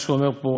מה שהוא אומר פה,